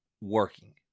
working